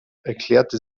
erklärte